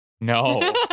No